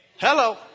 Hello